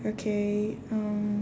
okay um